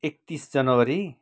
एकतिस जनवरी